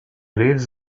leaves